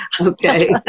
Okay